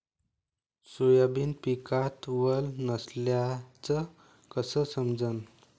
Soybean पिकात वल नसल्याचं कस समजन?